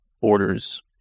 orders